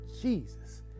Jesus